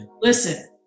Listen